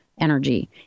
energy